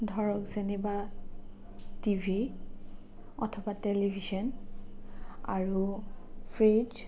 ধৰক যেনিবা টিভি অথবা টেলিভিছন আৰু ফ্ৰীজ